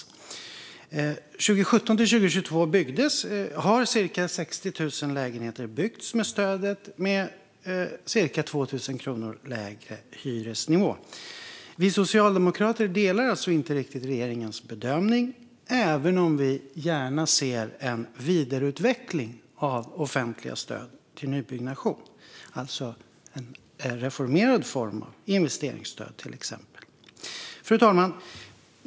Under 2017-2022 har cirka 60 000 lägenheter byggts med stödet och haft en hyresnivå som är cirka 2 000 kronor lägre. Vi socialdemokrater delar alltså inte riktigt regeringens bedömning - även om vi gärna ser en vidareutveckling av offentliga stöd till nybyggnation, alltså exempelvis en reformerad form av investeringsstöd. Fru talman!